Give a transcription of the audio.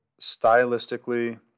stylistically